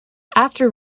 after